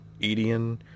Edian